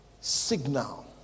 signal